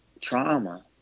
trauma